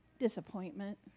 Disappointment